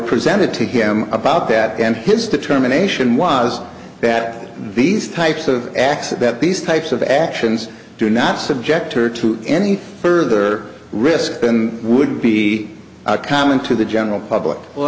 presented to him about that and his determination was that these types of acts that these types of actions do not subject her to any further risk than would be common to the general public well